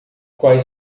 quais